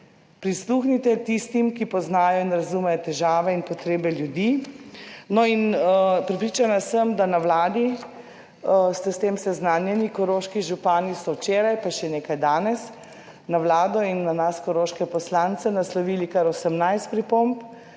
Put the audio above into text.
Prisluhnite tistim, ki poznajo in razumejo težave in potrebe ljudi. No in prepričana sem, da na Vladi ste s tem seznanjeni. Koroški župani so včeraj, pa še nekaj danes, na Vlado in na nas, koroške poslance, naslovili kar 18 pripomb